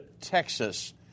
Texas